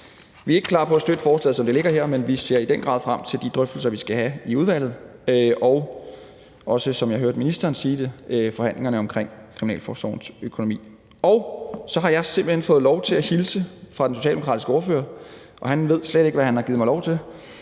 Vi er ikke klar til at støtte forslaget, som det ligger her, men vi ser i den grad frem til de drøftelser, vi skal have i udvalget, og også, som jeg hørte ministeren sige det, forhandlingerne om kriminalforsorgens økonomi. Så har jeg simpelt hen fået lov til at hilse fra den socialdemokratiske ordfører, og han ved slet ikke, hvad han har givet mig lov til.